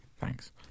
thanks